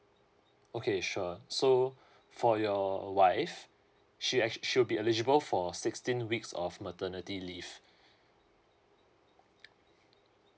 okay sure so for your wife she actua~ she will be eligible for sixteen weeks of maternity leave